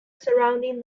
surrounding